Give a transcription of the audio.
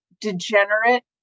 degenerate